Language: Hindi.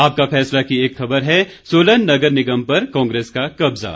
आपका फैसला की एक खबर है सोलन नगर निगम पर कांग्रेस का कब्जा